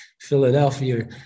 Philadelphia